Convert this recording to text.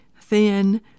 thin